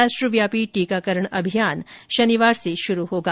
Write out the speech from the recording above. राष्ट्रव्यापी टीकाकरण अभियान शनिवार से शुरू होगा